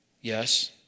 Yes